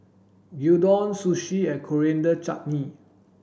Gyudon Sushi and Coriander Chutney